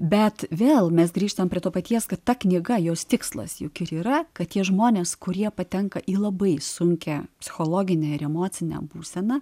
bet vėl mes grįžtam prie to paties kad ta knyga jos tikslas juk yra kad tie žmonės kurie patenka į labai sunkią psichologinę ir emocinę būseną